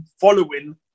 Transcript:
following